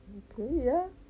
可以 ah